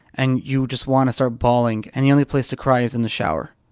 and you just want to start bawling, and the only place to cry is in the shower